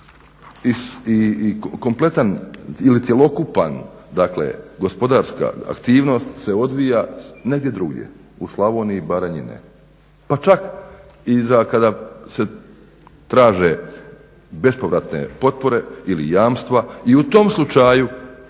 i kompletan ili cjelokupan gospodarska aktivnost se odvija negdje drugdje, u Slavoniji i Baranje ne. Pa čak i kada se traže bespovratne potpore ili jamstava i u tom slučaju